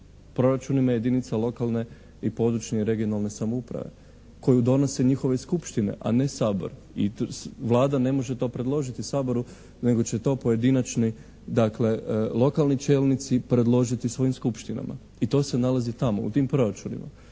proračunima jedinica lokalne i područne, regionalne samouprave koju donose njihove skupštine, a ne Sabor i Vlada ne može to predložiti Saboru nego će to pojedinačni, dakle lokalni čelnici predložiti svojim skupštinama i to se nalazi tamo u tim proračunima.